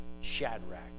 Shadrach